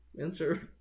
answer